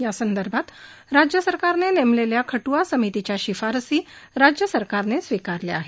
यासंदर्भात राज्य सरकारने नेमलेल्या खट्आ समितीच्या शिफारशी राज्य सरकारने स्विकारल्या आहेत